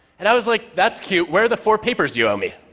and i was like, that's cute, where are the four papers you owe me?